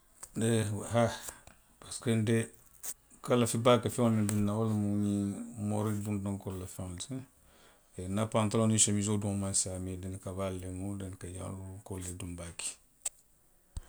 Nte, haa. parisiko nte nka lafi baake feŋolu minnu dunna wo lemu ňiŋ moori buŋ to nkoolu la feŋolu ti. nna pantaloŋ niŋ somiisoo duŋo maŋ siiyaa, mee dondika baalu lemu, dondika jaŋolu nka wolu le duŋ baake